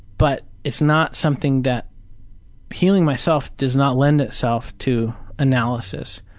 but it's not something that healing myself does not lend itself to analysis.